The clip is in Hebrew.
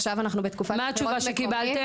עכשיו אנחנו בתקופת בחירות מקומית -- ומה התשובה שקיבלתן?